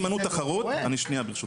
5 שנים מנעו תחרות, אני, שנייה, ברשותך.